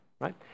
Right